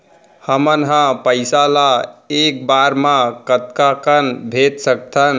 हमन ह पइसा ला एक बार मा कतका कन भेज सकथन?